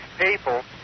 people